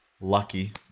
lucky